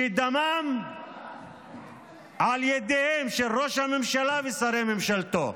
שדמם על ידיהם של ראש הממשלה ושרי ממשלתו.